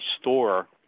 store